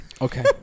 Okay